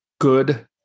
good